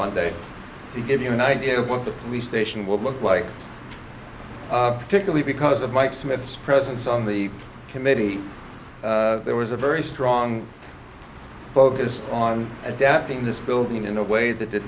monday to give you an idea of what the police station will look like peculiar because of mike smith's presence on the committee there was a very strong focus on adapting this building in a way that did